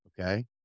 Okay